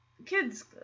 Kid's